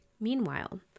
Meanwhile